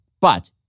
But-